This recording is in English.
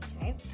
Okay